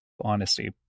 honesty